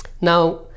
now